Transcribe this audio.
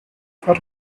for